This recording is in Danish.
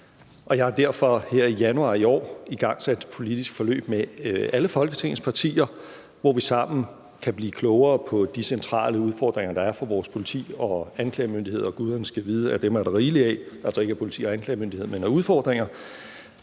og jeg har derfor her i januar i år igangsat et politisk forløb med alle Folketingets partier, hvor vi sammen kan blive klogere på de centrale udfordringer, der er for vores politi- og anklagemyndigheder, og guderne skal vide, at dem er der rigeligt af – altså ikke af politi- og anklagemyndighed, men af udfordringer